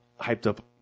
hyped-up